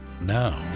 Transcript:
now